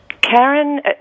Karen